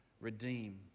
redeem